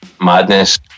madness